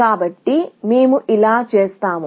కాబట్టి మేము ఇలా చేస్తాము